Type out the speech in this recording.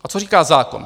A co říká zákon?